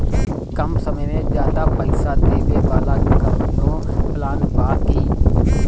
कम समय में ज्यादा पइसा देवे वाला कवनो प्लान बा की?